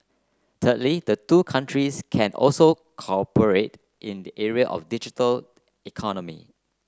thirdly the two countries can also cooperate in the area of digital economy